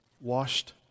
washed